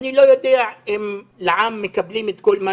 אני לא יודע אם לע"מ מקבלים את כל מה